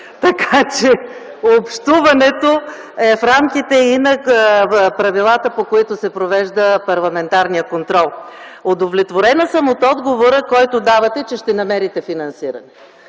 Така че, общуването е в рамките и на правилата, по които се провежда парламентарният контрол. Удовлетворена съм от отговора, който давате, че ще намерите финансиране,